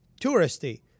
touristy